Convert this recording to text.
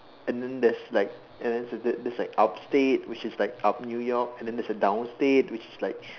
and then there's like and the there's there's like upstate which is like up New York and there's a downstate which is like